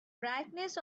brightness